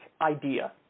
idea